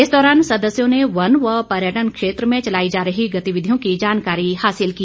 इस दौरान सदस्यों ने वन व पर्यटन क्षेत्र में चलाई जा रही गतिविधियों की जानकारी हासिल की